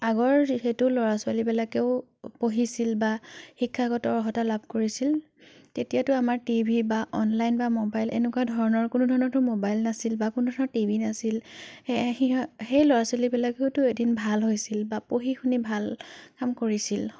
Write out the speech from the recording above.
আগৰ যিহেতু ল'ৰা ছোৱালীবিলাকেও পঢ়িছিল বা শিক্ষাগত অৰ্হতা লাভ কৰিছিল তেতিয়াতো আমাৰ টিভি বা অনলাইন বা ম'বাইল এনেকুৱা ধৰণৰ কোনো ধৰণৰতো ম'বাইল নাছিল বা কোনো ধৰণৰ টিভি নাছিল সেয়ে সিহ সেই ল'ৰা ছোৱালীবিলাকেওতো এদিন ভাল হৈছিল বা পঢ়ি শুনি ভাল কাম কৰিছিল